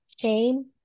shame